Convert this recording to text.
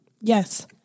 Yes